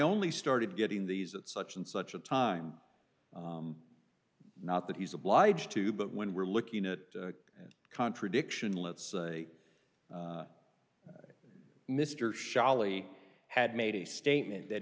only started getting these at such and such a time not that he's obliged to but when we're looking at a contradiction let's say mr challis had made a statement that